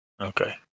Okay